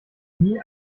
nie